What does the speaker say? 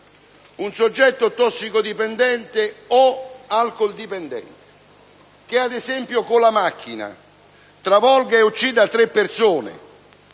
un soggetto tossicodipendente o alcoldipendente che, ad esempio, travolge e uccide tre persone